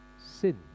sin